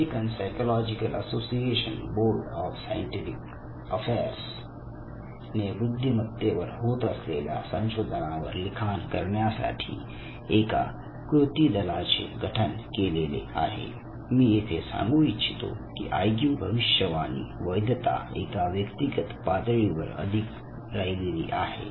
American psychological association board of scientific affairs ने बुद्धीमत्तेवर होत असलेल्या संशोधनावर लिखाण करण्यासाठी एका कृती दलाचे गठन केले मी येथे सांगू इच्छितो की आयक्यू भविष्यवाणी वैधता एका व्यक्तिगत पातळीवर अधिक राहिलेली आहे